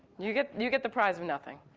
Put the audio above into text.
you get you get the prize of nothing.